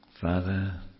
Father